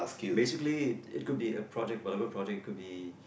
basically it could be a project whatever project could be